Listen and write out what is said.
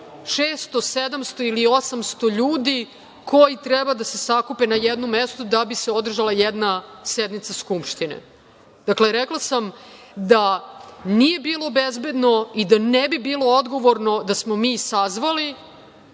600, 700 ili 800 ljudi koji treba da se sakupe na jednom mestu da bi se održala jedna sednica Skupštine. Dakle, rekla sam da nije bilo bezbedno i da ne bi bilo odgovorno da smo mi sazvali,